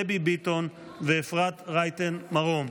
דבי ביטון ואפרת רייטן מרום.